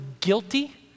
guilty